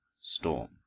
Storm